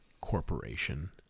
corporation